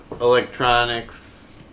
electronics